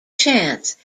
chance